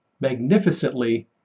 magnificently